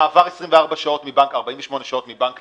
מעבר של 48 שעות מבנק לבנק,